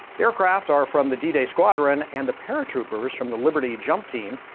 aircraft are from the d-day squadron and the paratroopers from the liberty jump team.